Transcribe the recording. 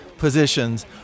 Positions